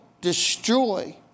destroy